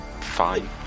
fine